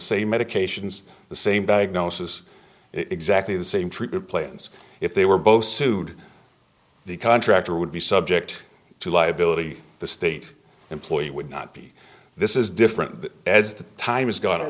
same medications the same diagnosis exactly the same treatment plans if they were both sued the contractor would be subject to liability the state employee would not be this is different as the time is go